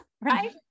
right